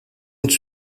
und